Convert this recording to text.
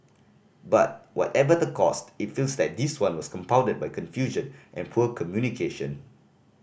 but whatever the caused it feels like this one was compounded by confusion and poor communication